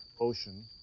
ocean